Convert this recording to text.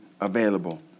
available